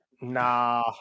Nah